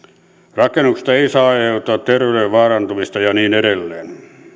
rakennuksesta ei saa aiheutua terveyden vaarantumista ja niin edelleen